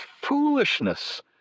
foolishness